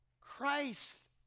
Christ